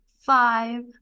five